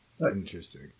Interesting